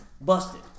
Busted